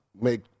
make